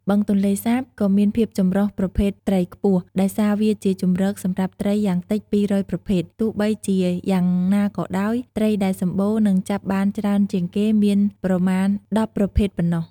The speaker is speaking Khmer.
បឹងទន្លេសាបក៏មានភាពចម្រុះប្រភេទត្រីខ្ពស់ ដោយសារវាជាជម្រកសម្រាប់ត្រីយ៉ាងតិច ២០០ ប្រភេទ ទោះបីជាយ៉ាងណាក៏ដោយ ត្រីដែលសម្បូរ និងចាប់បានច្រើនជាងគេមានប្រមាណ ១០ ប្រភេទប៉ុណ្ណោះ។